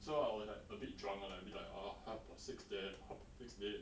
so I was like a bit drunk lah like a bit ah half past six there half past six dead